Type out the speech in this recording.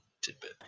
tidbit